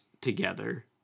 together